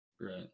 Right